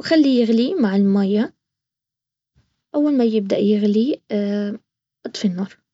وخليه يغلي مع المية اول ما يبدأ يغلي اطفي النار